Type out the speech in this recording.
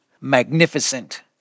magnificent